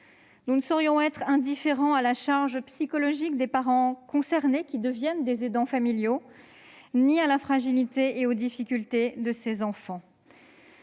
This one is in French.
Nous ne saurions être indifférents à la charge psychologique des parents concernés, qui deviennent des aidants familiaux, ni à la fragilité et aux difficultés des enfants.